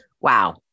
Wow